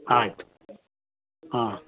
ಆಯಿತು ಹಾಂ